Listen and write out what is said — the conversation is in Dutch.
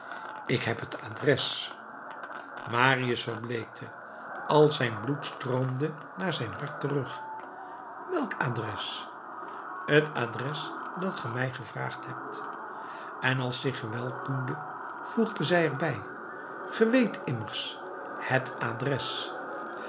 ik heb het adres marius verbleekte al zijn bloed stroomde naar zijn hart terug welk adres het adres dat ge mij gevraagd hebt en als zich geweld doende voegde zij er bij ge weet immers het adres